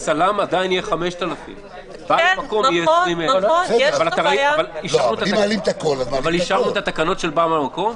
הצלם עדיין יהיה 5,000. בעל המקום יהיה 20,000. הגיעו התקנות לפה?